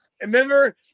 remember